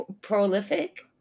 Prolific